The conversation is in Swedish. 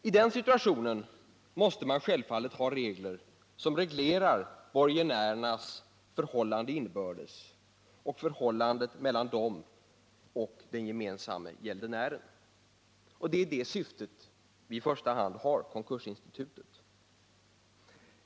I den situationen måste man självfallet ha bestämmelser som reglerar borgenärernas förhållande inbördes och förhållandet mellan dem och den gemensamma gäldenären. Det är i första hand i detta syfte vi har konkursinstitutet.